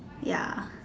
ya